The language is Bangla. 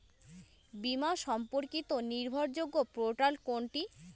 বীমা সম্পর্কিত নির্ভরযোগ্য পোর্টাল কোনটি?